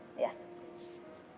yeah